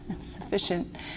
sufficient